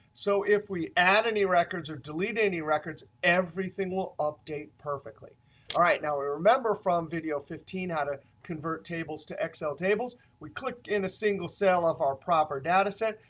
so if we add any records or delete any records everything will update perfectly. all right now we remember from video fifteen how to convert tables to excel tables. we clicked in a single cell of our proper data set,